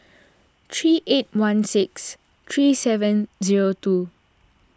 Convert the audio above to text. three eight one six three seven zero two